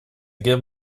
give